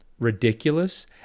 ridiculous